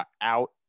out